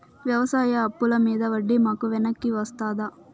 వ్యవసాయ అప్పుల మీద వడ్డీ మాకు వెనక్కి వస్తదా?